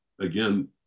again